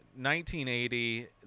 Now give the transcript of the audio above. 1980